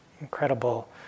incredible